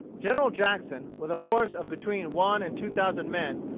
general jackson, with a force of between one and two thousand men,